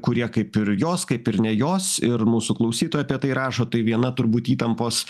kurie kaip ir jos kaip ir ne jos ir mūsų klausytoja apie tai rašo tai viena turbūt įtampos